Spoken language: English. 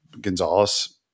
Gonzalez